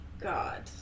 God